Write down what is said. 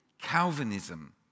Calvinism